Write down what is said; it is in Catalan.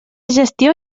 gestió